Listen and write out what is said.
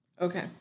Okay